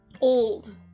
old